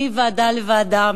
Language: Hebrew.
מוועדה לוועדה,